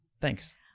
Thanks